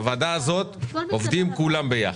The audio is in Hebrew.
בוועדה הזאת עובדים כולם יחד.